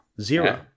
zero